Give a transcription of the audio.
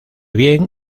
bien